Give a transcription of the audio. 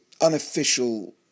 unofficial